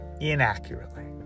inaccurately